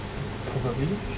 probably